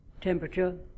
temperature